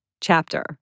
chapter